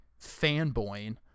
fanboying